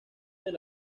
del